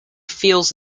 feels